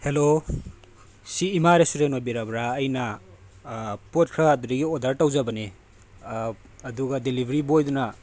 hello ꯁꯤ ꯏꯃꯥ restaurant ꯑꯣꯏꯕꯤꯔꯕ꯭ꯔꯥ ꯑꯩꯅ ꯄꯣꯠ ꯈꯔ ꯑꯗꯨꯗꯒꯤ ꯑꯣꯔꯗꯔ ꯇꯧꯖꯕꯅꯦ ꯑꯗꯨꯒ ꯗꯦꯂꯤꯚꯔꯤ ꯕꯣꯏꯗꯨꯅ